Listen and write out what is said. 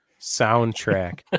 soundtrack